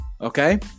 Okay